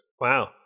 Wow